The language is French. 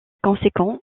conséquent